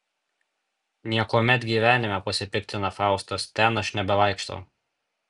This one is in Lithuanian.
niekuomet gyvenime pasipiktina faustas ten aš nebevaikštau